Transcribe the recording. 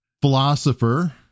philosopher